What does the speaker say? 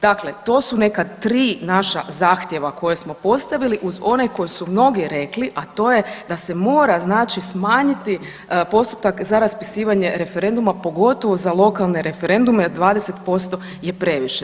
Dakle, to su neka tri naša zahtjeva koja smo postavili uz onaj koji su mnogi rekli, a to je da se mora smanjiti postotak za raspisivanje referenduma, pogotovo za lokalne referendume jer 20% je previše.